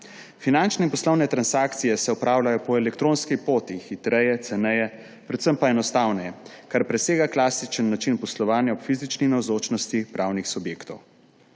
Finančne in poslovne transakcije se opravljajo po elektronski poti hitreje, ceneje, predvsem pa enostavneje, kar presega klasičen način poslovanja ob fizični navzočnosti pravnih subjektov.